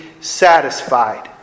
satisfied